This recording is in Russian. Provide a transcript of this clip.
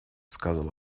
сказал